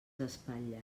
espatlles